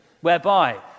whereby